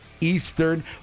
Eastern